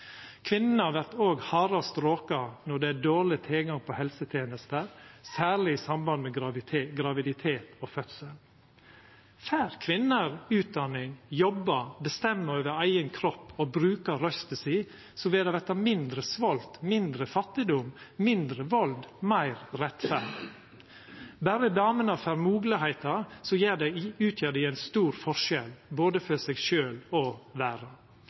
Kvinner vert òg hardast råka når det er dårleg tilgang på helsetenester, særleg i samband med graviditet og fødsel. Får kvinner utdanning, jobba, bestemma over eigen kropp og bruka røysta si, vil det verta mindre svolt, mindre fattigdom, mindre vald og meir rettferd. Berre damene får moglegheita, utgjer dei ein stor forskjell, både for seg sjølv og